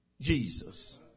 Jesus